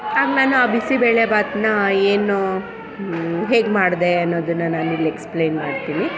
ಆಗ ನಾನು ಆ ಬಿಸಿಬೇಳೆಬಾತನ್ನ ಏನು ಹೇಗೆ ಮಾಡಿದೆ ಅನ್ನೋದನ್ನು ನಾನಿಲ್ಲಿ ಎಕ್ಸ್ಪ್ಲೇನ್ ಮಾಡ್ತೀನಿ